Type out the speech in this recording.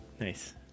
Nice